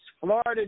florida